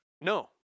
No